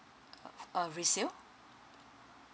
uh resale